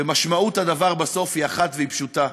ומשמעות הדבר בסוף היא אחת, והיא פשוטה,